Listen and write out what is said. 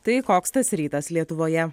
tai koks tas rytas lietuvoje